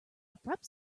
abrupt